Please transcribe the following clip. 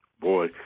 Boy